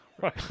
Right